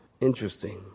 Interesting